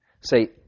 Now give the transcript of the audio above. say